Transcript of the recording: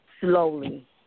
Slowly